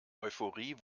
euphorie